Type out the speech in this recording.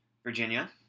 Virginia